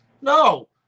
No